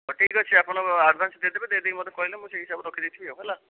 ହଉ ଠିକ୍ ଅଛି ଆପଣ ଆଡ଼ଭାନ୍ସ୍ ଦେଇଦେବେ ଦେଇ ଦେଇକି ମୋତେ କହିଲେ ମୁଁ ସେଇ ହିସାବରେ ରଖି ଦେଇଥିବି ଆଉ ହେଲା